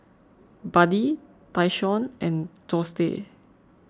Buddy Tyshawn and Dorsey